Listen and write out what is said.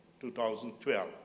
2012